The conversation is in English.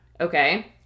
Okay